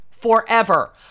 forever